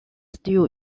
still